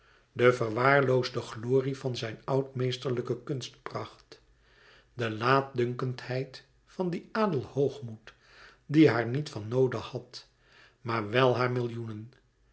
de verwaarloosde glorie van zijn oud meesterlijke kunstpracht de laatdunkendheid van dien adelhoogmoed die haar niet van noode had maar wel haar millioenen